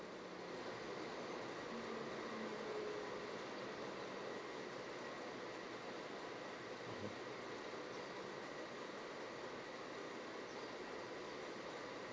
mmhmm